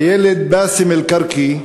הילד באסם אלכרכי,